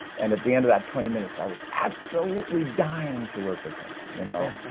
and at the end of that twenty minutes, i was absolutely dying to work with him, you know?